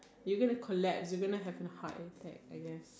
you gonna collapse you gonna have an heart attack I guess